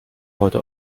heute